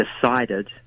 decided